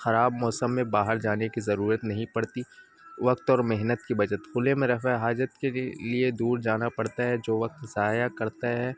خراب موسم میں باہر جانے کی ضرورت نہیں پڑتی وقت اور محنت کی بچت کھلے میں رفع حاجت کے لیے دور جانا پڑتا ہے جو وقت ضائع کرتا ہے